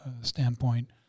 standpoint